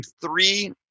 three